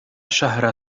شهر